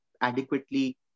adequately